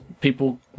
people